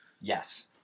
Yes